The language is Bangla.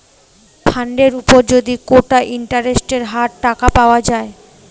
ফান্ডের উপর যদি কোটা ইন্টারেস্টের হার টাকা পাওয়া যায়